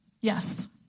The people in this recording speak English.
Yes